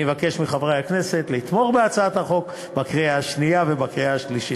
אני מבקש מחברי הכנסת לתמוך בהצעת החוק בקריאה שנייה ובקריאה שלישית.